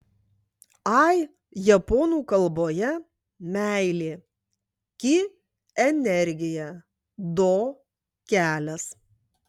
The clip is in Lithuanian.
ai japonų kalboje meilė ki energija do kelias